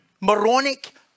moronic